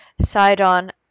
Sidon